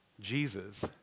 Jesus